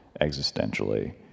existentially